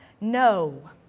No